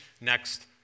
next